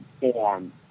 form